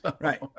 Right